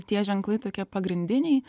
tie ženklai tokie pagrindiniai